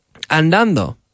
Andando